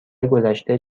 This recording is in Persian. گذشته